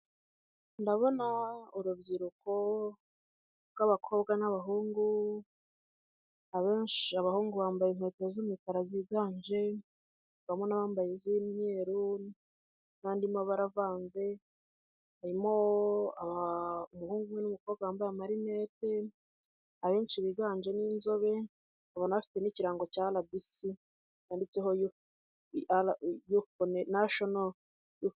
Ndabona urubyiruko rw'abakobwa n'abahungu abahungu bambaye inkweto z'umukara ziganje ndabona bambaye iz'imyeru n'andi mabara avanze harimo umuhungu umwe n'umukobwa bambaye amarinete abenshi biganjemo inzobe ubona bafite n'ikirango cya rbc cyanditseho nashino.